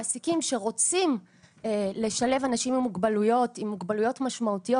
מעסיקים שרוצים לשלב אנשים עם מוגבלויות משמעותיות